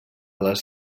les